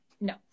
No